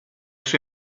sue